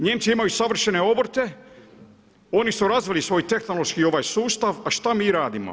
Nijemci imaju savršene obrte, oni su razvili svoj tehnološki sustav, a šta mi radimo?